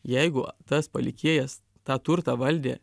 jeigu tas palikėjas tą turtą valdė